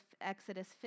Exodus